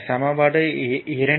சமன்பாடு 2